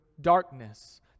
darkness